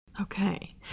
Okay